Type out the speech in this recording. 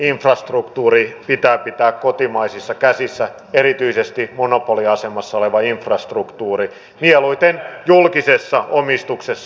perusinfrastruktuuri pitää pitää kotimaisissa käsissä erityisesti monopoliasemassa oleva infrastruktuuri mieluiten julkisessa omistuksessa